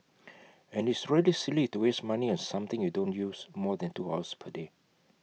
and it's really silly to waste money on something you don't use more than two hours per day